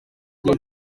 gihe